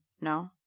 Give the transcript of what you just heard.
no